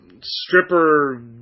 stripper